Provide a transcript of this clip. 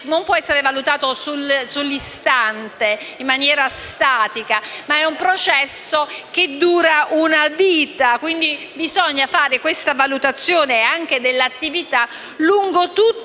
non può essere valutato sull'istante, in maniera statica, ma è un processo che dura una vita, quindi bisogna fare una valutazione anche dell'attività lungo tutto